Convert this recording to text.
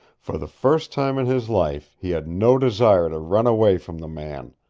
for the first time in his life he had no desire to run away from the man.